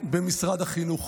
ובמשרד החינוך,